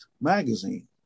magazine